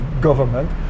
government